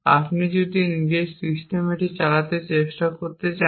আপনি যদি আপনার নিজের সিস্টেমে এটি চেষ্টা করতে চান